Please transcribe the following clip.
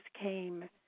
came